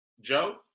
Joe